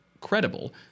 credible